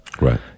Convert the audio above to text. Right